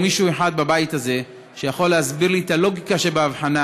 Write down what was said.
ולו מישהו אחד שיכול להסביר לי את הלוגיקה שבהבחנה,